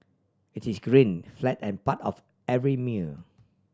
it is green flat and part of every meal